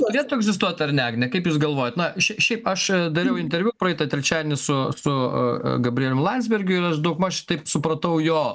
padėtų egzistuot ar ne agne kaip jūs galvojate na šiaip aš dariau interviu praeitą trečiadienį su su gabrielium landsbergiu ir aš daugmaž taip supratau jo